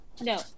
No